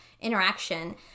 interaction